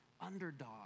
underdog